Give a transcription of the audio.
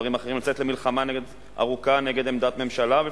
לצאת למלחמה ארוכה נגד עמדת ממשלה,